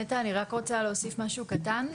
נטע, אני רק רוצה להוסיף משהו קטן.